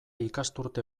ikasturte